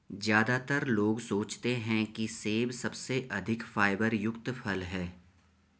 ज्यादातर लोग सोचते हैं कि सेब सबसे अधिक फाइबर युक्त फल है